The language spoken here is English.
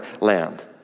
land